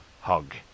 hug